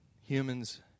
humans